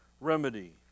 remedy